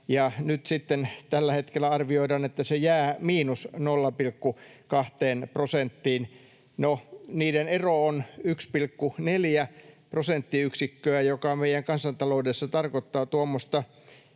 tällä hetkellä arvioidaan, että se jää miinus 0,2 prosenttiin. No, niiden ero on 1,4 prosenttiyksikköä, joka meidän kansantaloudessa tarkoittaa tuommoista